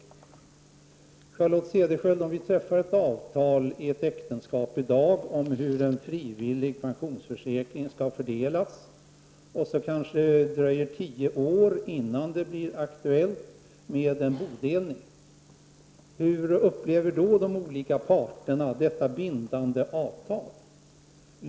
Om vi, Charlotte Cederschiöld, i dag i ett äktenskap träffar ett avtal om hur en frivillig pensionsförsäkring skall fördelas och det kanske sedan dröjer tio år innan det blir aktuellt med en bodelning — hur upplever då de olika parterna detta bindande avtal?